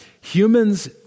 humans